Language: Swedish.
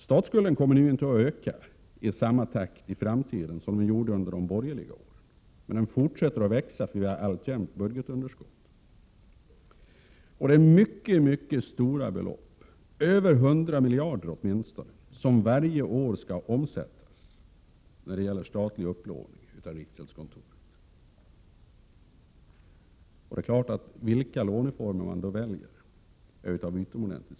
Statsskulden kommer nu inte att öka i samma takt som under de borgerliga åren, men den fortsätter att växa, eftersom vi alltjämt har ett budgetunderskott. Det är mycket stora belopp, åtminstone över 100 miljarder som varje år skall omsättas av riksgäldskontoret när det gäller statlig upplåning. Då är det naturligtvis av utomordentligt stor betydelse vilken låneform man väljer.